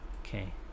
okay